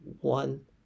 one